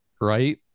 right